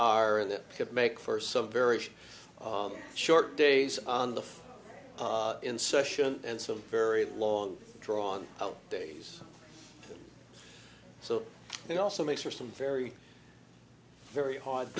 are and that could make for some very short days on the in session and some very long drawn out days so he also makes for some very very hard